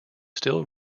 still